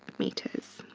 meters.